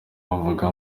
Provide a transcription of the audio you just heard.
bavuga